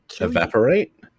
evaporate